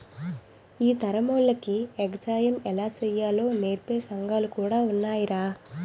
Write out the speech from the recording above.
ఈ తరమోల్లకి ఎగసాయం ఎలా సెయ్యాలో నేర్పే సంగాలు కూడా ఉన్నాయ్రా